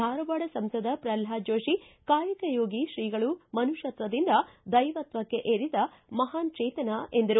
ಧಾರವಾಡ ಸಂಸದ ಪ್ರಲ್ವಾದ ಜೋತಿ ಕಾಯಕಯೋಗಿ ಶ್ರೀಗಳು ಮನುಷ್ಟತ್ವದಿಂದ ದೈವತ್ವಕ್ಕೇರಿದ ಮಹಾನ್ ಚೇತನ ಎಂದರು